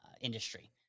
industry